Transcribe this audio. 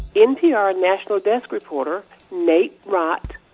npr national desk reporter nate rott,